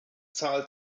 zahl